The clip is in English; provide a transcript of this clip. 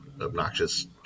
obnoxious